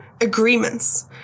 agreements